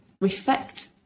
respect